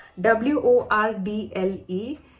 W-O-R-D-L-E